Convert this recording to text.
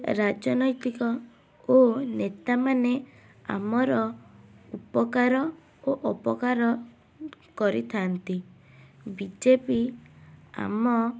ରାଜନୈତିକ ଓ ନେତାମାନେ ଆମର ଉପକାର ଓ ଅପକାର କରିଥାନ୍ତି ବି ଜେ ପି ଆମ